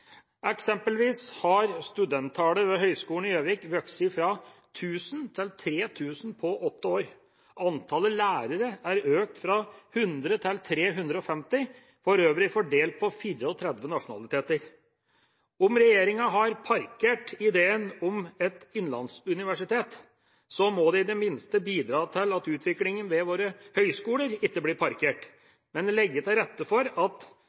Eksempelvis har studenttallet ved Høgskolen i Gjøvik vokst fra 1 000 til 3 000 på åtte år. Antallet lærere har økt fra 100 til 350, for øvrig fordelt på 34 nasjonaliteter. Om regjeringa har parkert idéen om et innlandsuniversitet, må den i det minste bidra til at utviklingen ved våre høyskoler ikke blir parkert, men legge til rette for at